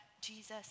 Jesus